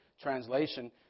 translation